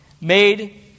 made